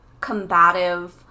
combative